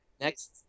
Next